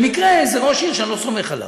במקרה זה ראש עיר שאני לא סומך עליו.